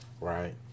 right